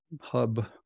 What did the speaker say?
hub